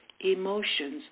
emotions